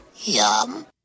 Yum